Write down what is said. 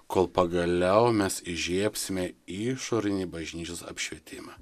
kol pagaliau mes įžiebsime išorinį bažnyčios apšvietimą